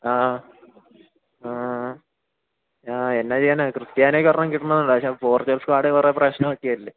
ആ ആ ആ എന്നാ ചെയ്യാനാ ക്രിസ്ത്യാനോയ്ക്ക് ഒരെണ്ണം കിട്ടണമെന്നുണ്ടായിരുന്നു പക്ഷേ പോർച്ചുഗൽ സ്ക്വാഡ് കുറേ പ്രശ്നമൊക്കെയല്ലേ